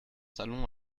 salons